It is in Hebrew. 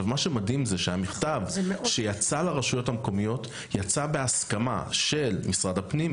מה שמדהים זה שהמכתב שיצא לרשויות המקומיות יצא בהסכמה של משרד הפנים,